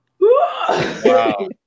Wow